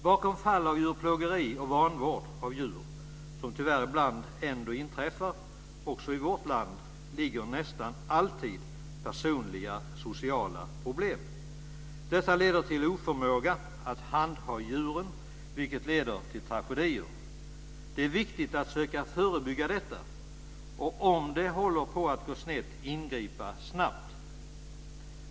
Bakom fall av djurplågeri och vanvård av djur, som tyvärr ibland ändå inträffar också i vårt land, ligger nästan alltid personliga sociala problem. Dessa leder till oförmåga att handha djuren, vilket leder till tragedier. Det är viktigt att söka förebygga detta och, om det håller på att gå snett, ingripa snabbt.